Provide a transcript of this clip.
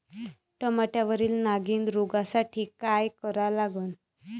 टमाट्यावरील नागीण रोगसाठी काय करा लागन?